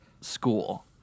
school